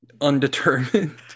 Undetermined